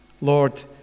Lord